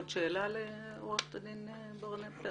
עוד שאלה לעורכת הדין ברנע?